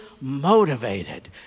motivated